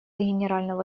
генерального